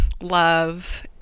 love